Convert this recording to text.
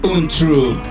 Untrue